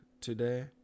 today